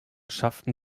schafften